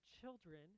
children